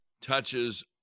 touches